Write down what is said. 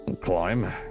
Climb